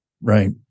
Right